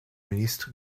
ministre